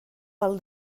pel